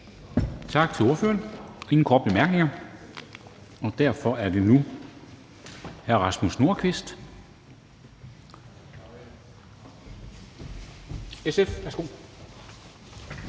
Tak til ordføreren, der er ingen korte bemærkninger, og derfor er det nu hr. Rasmus Nordqvist, SF. Værsgo.